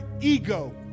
ego